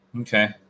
okay